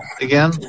again